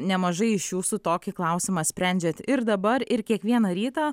nemažai iš jūsų tokį klausimą sprendžiat ir dabar ir kiekvieną rytą